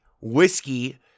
whiskey